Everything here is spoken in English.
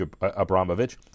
Abramovich